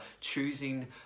choosing